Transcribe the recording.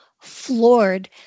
floored